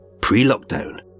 pre-lockdown